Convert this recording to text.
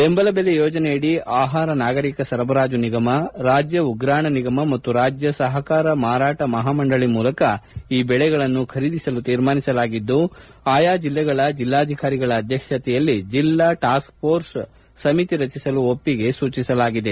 ಬೆಂಬಲ ಬೆಲೆ ಯೋಜನೆಯಡಿ ಆಹಾರ ನಾಗರೀಕ ಸರಬರಾಜು ನಿಗಮ ರಾಜ್ಯ ಉಗ್ರಾಣ ನಿಗಮ ಮತ್ತು ರಾಜ್ಯ ಸಹಕಾರ ಮಾರಾಟ ಮಹಾಮಂಡಳಿ ಮೂಲಕ ಈ ಬೆಳೆಗಳನ್ನು ಖರೀದಿಸಲು ತೀರ್ಮಾನಿಸಿದ್ದು ಆಯಾ ಜಿಲ್ಲೆಗಳ ಜಿಲ್ಲಾಧಿಕಾರಿಗಳ ಅಧ್ಯಕ್ಷತೆಯಲ್ಲಿ ಜಿಲ್ಲಾ ಟಾಸ್ಕ್ ಫೋರ್ಸ್ ಸಮಿತಿ ರಚಿಸಲು ಒಪ್ಪಿಗೆ ಸೂಚಿಸಲಾಗಿದೆ